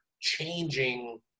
changing